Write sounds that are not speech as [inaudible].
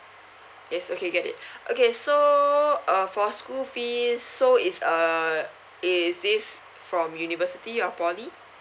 yes okay get it [breath] okay so uh for school fees so is uh is this from university or poly